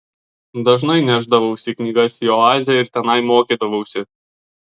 dažnai nešdavausi knygas į oazę ir tenai mokydavausi